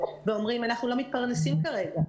ואומרים אנחנו לא מתפרנסים כרגע.